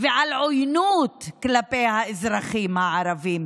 ולעוינות כלפי האזרחים הערבים.